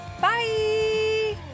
bye